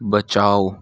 बचाओ